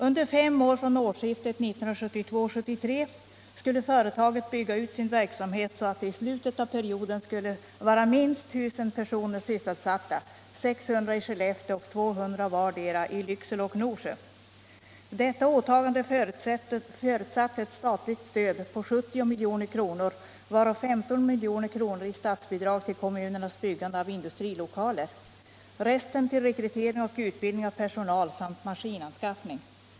Under fem år, från årsskiftet 1972-1973, skulle företaget bygga ut sin verksamhet så att det i slutet av perioden skulle vara minst 1 000 personer sysselsatta — 600 i Skellefteå och 200 i vardera Lycksele och Norsjö. Detta åtagande förutsatte ett statligt stöd på 70 milj.kr., varav 15 milj.kr. i statsbidrag till kommunernas byggande av industrilokaler och resten till rekrytering och utbildning av personal samt maskinanskaffning.